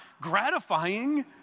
gratifying